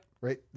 right